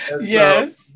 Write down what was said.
Yes